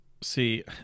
see